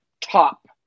top